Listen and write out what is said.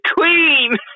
queen